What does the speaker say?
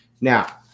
Now